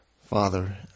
Father